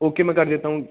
okay मैं कर देता हूँ